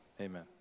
Amen